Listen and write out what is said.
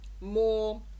more